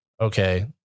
okay